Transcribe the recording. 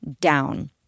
down